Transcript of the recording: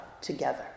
together